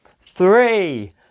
Three